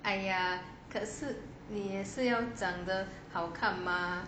!aiya! 可是你也是要长的好看嘛